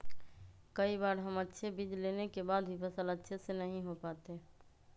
कई बार हम अच्छे बीज लेने के बाद भी फसल अच्छे से नहीं हो पाते हैं?